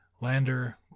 Lander